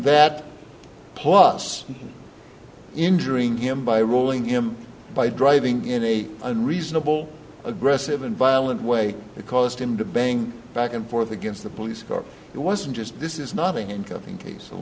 that plus injuring him by rolling him by driving in a unreasonable aggressive and violent way caused him to bang back and forth against the police car he wasn't just this is not an incoming